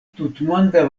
tutmonda